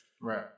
Right